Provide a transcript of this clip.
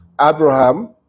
Abraham